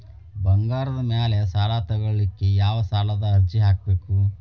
ಬಂಗಾರದ ಮ್ಯಾಲೆ ಸಾಲಾ ತಗೋಳಿಕ್ಕೆ ಯಾವ ಸಾಲದ ಅರ್ಜಿ ಹಾಕ್ಬೇಕು?